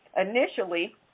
Initially